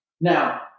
now